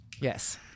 Yes